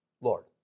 Lord